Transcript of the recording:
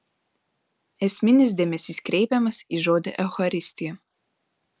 esminis dėmesys kreipiamas į žodį eucharistija